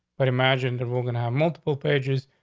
but imagine that we're gonna have multiple pages.